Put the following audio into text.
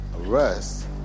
Arrest